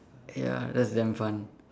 ya that's damn fun